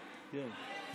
אמן.